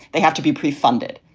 they have to be pre-funded.